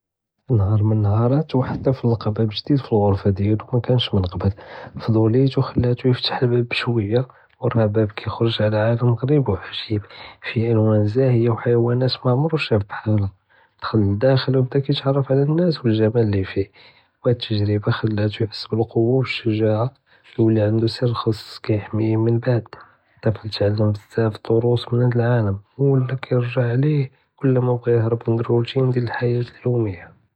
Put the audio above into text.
פנהאר מ נהאראת וחד לקא באב ג'דיד פגלדרה מקאנש מן קבל, פדולייתו חלאתו יפתח אלבאב בשוيا, וראה באב יחרג עלא עלם קדים ועג'יב פיה אלוואן זאהיה ו חיוואנות מא עמרו שאפ בחאלהא, דחל לדאخل ובדה יתהרף עלא אלנאאס ו אלג'מעל לי פיה והד תאג'ריבה חלאתו יחס בלכועה ו שג'עה וולה ענדו סר חס קיחמיה מן בעד, אלטפל קיתעלם בזאף דרוס מן הד עלם וולה קירג'ע ליה כל מה בגה יחרב מן אלרותין דיאל אלחיה אליומיה.